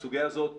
הסוגיה הזאת,